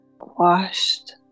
washed